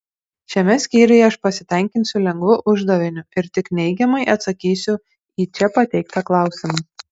šiame skyriuje aš pasitenkinsiu lengvu uždaviniu ir tik neigiamai atsakysiu į čia pateiktą klausimą